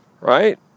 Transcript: right